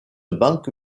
banque